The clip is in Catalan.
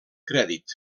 crèdit